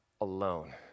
alone